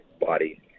body